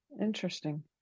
Interesting